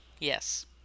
Yes